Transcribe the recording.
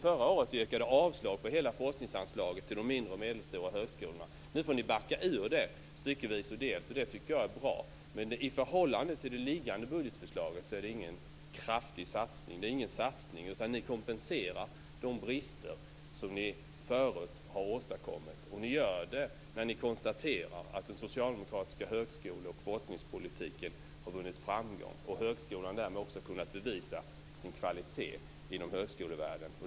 Förra året yrkade ni avslag på hela forskningsanslaget till de mindre och medelstora högskolorna. Nu får ni backa ur det styckevis. Det är bra. Men i förhållande till det liggande budgetförslaget är det ingen kraftig satsning. Ni kompenserar de brister som ni har åstadkommit tidigare. Ni gör det när ni konstaterar att den socialdemokratiska högskole och forskningspolitiken har vunnit framgång. Högskolan har därmed kunnat bevisa sin kvalitet inom högskolevärlden.